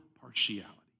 partiality